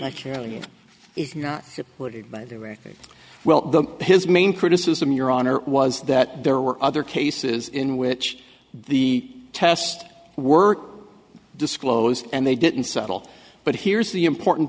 it is not supported by the record well the his main criticism your honor was that there were other cases in which the test were disclosed and they didn't settle but here's the important